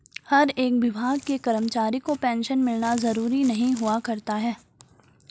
हर एक विभाग के कर्मचारी को पेन्शन मिलना जरूरी नहीं हुआ करता है